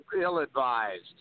ill-advised